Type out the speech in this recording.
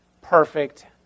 perfect